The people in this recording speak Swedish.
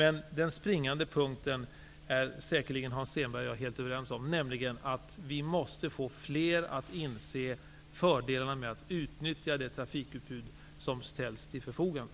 Men den springande punkten, vilken Hans Stenberg och jag säkert är helt överens om, är att vi måste få fler resande att inse fördelarna med att utnyttja det trafikutbud som ställs till förfogande.